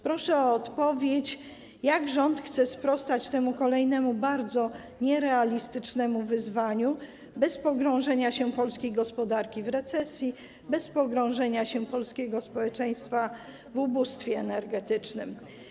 Proszę o odpowiedź, jak rząd chce sprostać temu kolejnemu, bardzo nierealistycznemu wyzwaniu bez pogrążenia się polskiej gospodarki w recesji, bez pogrążenia się polskiego społeczeństwa w ubóstwie energetycznym.